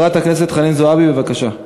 חברת הכנסת חנין זועבי, בבקשה.